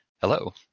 Hello